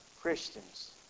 Christians